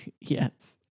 Yes